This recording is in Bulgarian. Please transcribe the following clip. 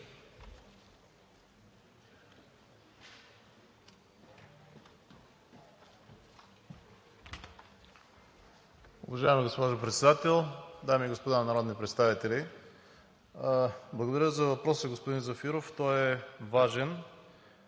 Благодаря за въпроса, господин Зафиров, той е важен.